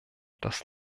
das